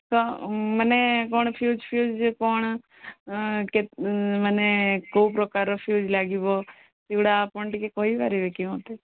ତ ମାନେ କ'ଣ ଫିଉଜ୍ ଫିଉଜ୍ ଯେ କ'ଣ କେତେ ମାନେ କୋଉ ପ୍ରକାରର ଫିଉଜ୍ ଲାଗିବ ସେଗୁଡ଼ା ଆପଣ ଟିକେ କହିପାରିବେ କି ମୋତେ